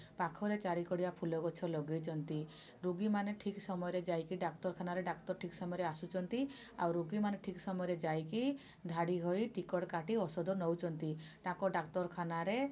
ପାଖରେ ଚାରିକଡ଼ିଆ ଫୁଲ ଗଛ ଲଗେଇଛନ୍ତି ରୋଗୀ ମାନେ ଠିକ୍ ସମୟରେ ଯାଇକି ଡାକ୍ତରଖାନାରେ ଡ଼ାକ୍ତର ଠିକ୍ ସମୟରେ ଆସୁଛନ୍ତି ଆଉ ରୋଗୀ ମାନେ ଠିକ୍ ସମୟରେ ଯାଇକି ଧାଡ଼ି ହୋଇ ଟିକେଟ୍ କାଟି ଔଷଧ ନେଉଛନ୍ତି ତାଙ୍କ ଡ଼ାକ୍ତରଖାନାରେ